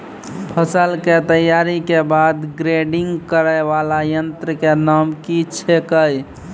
फसल के तैयारी के बाद ग्रेडिंग करै वाला यंत्र के नाम की छेकै?